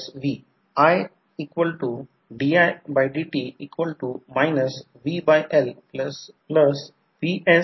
आणि हे R1 X1 primary साईडचा रेझिस्टन्स आहे V1 हा सप्लाय व्होल्टेज आहे आणि याद्वारे करंट I0 आहे जो नो लोड करंट आहे आणि हा current I1 I1 I0 I2 म्हणजे फेझर आहे